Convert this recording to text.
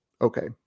okay